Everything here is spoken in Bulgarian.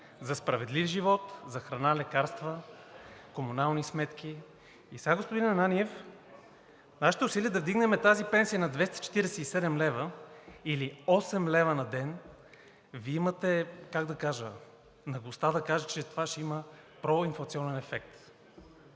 за справедлив живот, за храна, лекарства, комунални сметки. И сега, господин Ананиев, нашите усилия са да вдигнем тази пенсия на 247 лв., или 8 лв. на ден, а Вие имате, как да кажа, наглостта да кажете, че това ще има проинфлационен ефект.